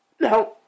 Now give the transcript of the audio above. Now